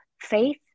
faith